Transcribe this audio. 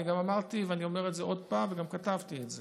אני גם אמרתי ואני אומר את זה עוד פעם וגם כתבתי את זה: